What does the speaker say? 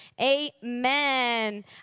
Amen